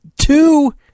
two